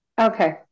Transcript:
Okay